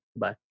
Bye